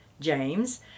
James